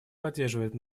поддерживает